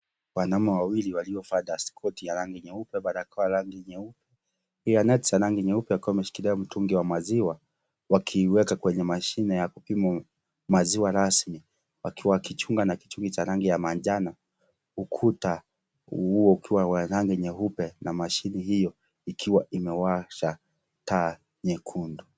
Wanaume wawili waliovaa dastikoti ya rangi nyeupe, barakoa ya rangi nyaupe. Iyaneti za rangi nyeupe wakiwa wameshkilia mtungi wa maziwa, wakiuweka kwenye mashina ya kupima maziwa rasmi, wakiwa wakichunga na kichungi cha rangi ya manjano. Ukuta uu ukiwa wa rangi nyeupe na mashini hiyo ikiwa imewasha taa nyekundu.